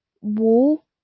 wall